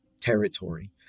territory